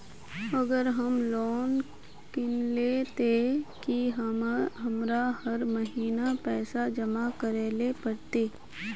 अगर हम लोन किनले ते की हमरा हर महीना पैसा जमा करे ले पड़ते?